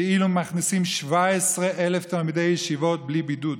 כאילו מכניסים 17,000 תלמידי ישיבות בלי בידוד